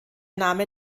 name